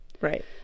Right